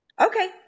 Okay